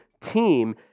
team